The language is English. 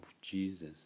Jesus